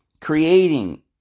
creating